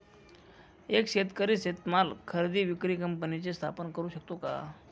एक शेतकरी शेतीमाल खरेदी विक्री कंपनीची स्थापना करु शकतो का?